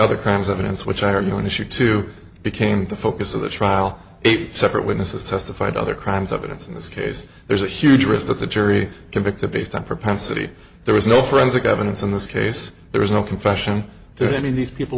crimes evidence which are going to shoot to became the focus of the trial eight separate witnesses testified other crimes evidence in this case there's a huge risk that the jury convicted based on propensity there was no forensic evidence in this case there was no confession to any of these people